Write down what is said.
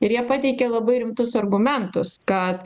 ir jie pateikė labai rimtus argumentus kad